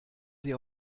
sie